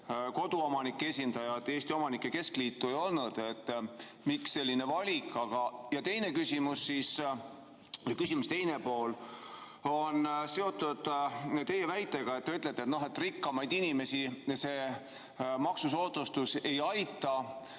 koduomanike esindajat, Eesti Omanike Keskliitu, ei olnud. Miks selline valik? Aga teine küsimus või küsimuse teine pool on seotud teie väitega, et rikkamaid inimesi see maksusoodustus ei aita.